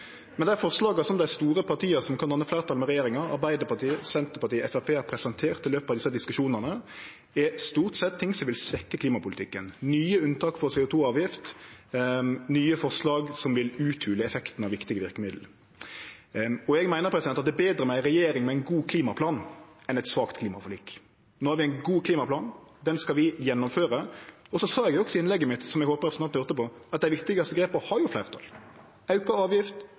Forslaga som dei store partia som kan danne fleirtal med regjeringa – Arbeidarpartiet, Senterpartiet og Framstegspartiet – har presentert i løpet av desse diskusjonane, er stort sett ting som vil svekkje klimapolitikken: nye unntak for CO 2 -avgift, nye forslag som vil uthole effekten av viktige verkemiddel. Eg meiner det er betre med ei regjering med ein god klimaplan enn eit svakt klimaforlik. No har vi ein god klimaplan, den skal vi gjennomføre. Og så sa eg òg i innlegget mitt, som eg håpar representanten høyrde på, at dei viktigaste grepa har fleirtal: auka avgift,